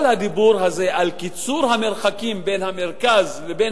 כל הדיבור הזה על קיצור המרחקים בין המרכז לבין